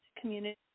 community